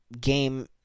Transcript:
game